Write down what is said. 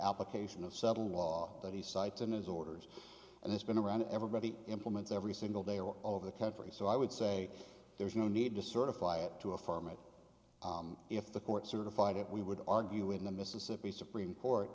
application of settled law that he cites in his orders and it's been around everybody implements every single day or over the country so i would say there's no need to certify it to a farm if the court certified it we would argue in the mississippi supreme court